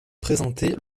présentait